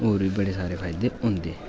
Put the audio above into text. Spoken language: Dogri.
ते होर बी बड़े सारे फायदे होंदे